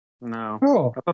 No